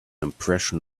impression